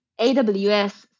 AWS